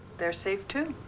they're safe, too.